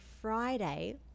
Friday